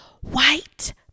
White